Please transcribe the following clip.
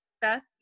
Beth